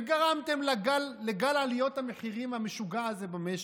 וגרמתם לגל עליות המחירים המשוגע הזה במשק.